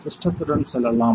சிஸ்டத்துடன் செல்லலாம்